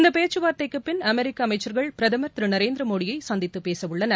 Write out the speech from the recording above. இந்த பேச்சு வார்த்தைக்குப் பின் அமெரிக்க அமைச்சர்கள் பிரதமர் திரு நரேந்திர மோடியை சந்தித்துப் பேசவுள்ளனர்